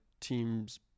team's